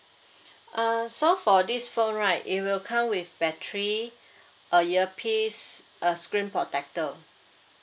uh so for this phone right it will come with battery uh ear piece uh screen protector